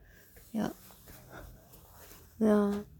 ya ya